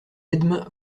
edme